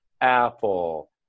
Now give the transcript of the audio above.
Apple